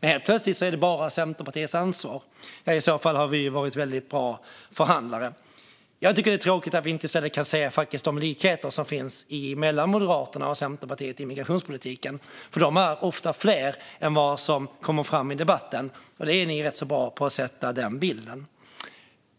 Men helt plötsligt är det bara Centerpartiets ansvar. I så fall har vi varit väldigt bra förhandlare. Jag tycker att det är tråkigt att vi inte i stället kan se de likheter som finns mellan Moderaterna och Centerpartiet i migrationspolitiken. De är ofta fler än vad som kommer fram i debatten. Ni är rätt så bra på att sätta den här bilden, Arin Karapet.